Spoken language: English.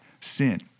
sin